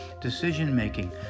decision-making